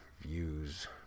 views